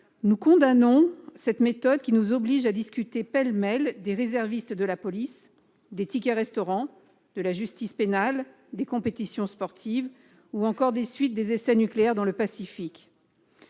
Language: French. nous condamnons cette méthode qui nous oblige à discuter, pêle-mêle, des réservistes de la police, des tickets-restaurant, de la justice pénale, des compétitions sportives ou encore des suites des essais nucléaires dans le Pacifique.